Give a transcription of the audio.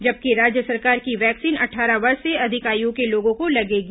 जबकि राज्य सरकार की वैक्सीन अट्ठारह वर्ष से अधिक आयु के लोगों को लगेगी